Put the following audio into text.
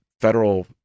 federal